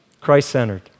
Christ-centered